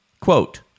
Quote